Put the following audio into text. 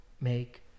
make